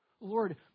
Lord